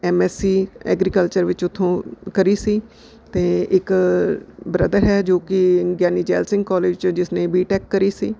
M S C agriculture ਵਿੱਚ ਉੱਥੋਂ ਕਰੀ ਸੀ ਅਤੇ ਇੱਕ ਬਰਦਰ ਹੈ ਜੋ ਕਿ ਗਿਆਨੀ ਜੈਲ ਸਿੰਘ ਕੌਲਜ 'ਚੋਂ ਜਿਸ ਨੇ ਬੀ ਟੈਕ ਕਰੀ ਸੀ